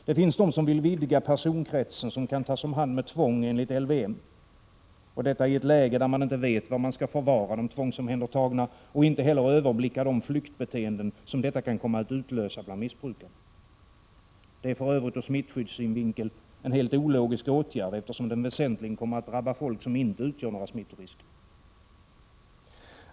Det finns de som vill vidga den personkrets som kan tas om hand med tvång enligt LVM — och detta i ett läge där man inte vet var man skall förvara de tvångsomhändertagna och inte heller överblickar de flyktbeteenden som detta kan komma att utlösa bland missbrukarna. Det är för övrigt ur smittskyddssynvinkel en helt ologisk åtgärd, eftersom den väsentligen kommer att drabba folk som inte utgör någon smittorisk.